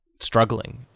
struggling